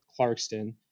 Clarkston